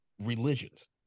religions